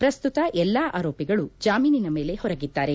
ಪ್ರಸ್ತುತ ಎಲ್ಲಾ ಆರೋಪಿಗಳು ಜಾಮೀನಿನ ಮೇಲೆ ಹೊರಗಿದ್ದಾರೆ